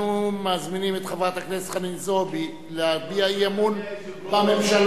אנחנו מזמינים את חברת הכנסת חנין זועבי להביע אי-אמון בממשלה,